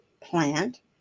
plant